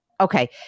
Okay